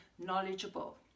knowledgeable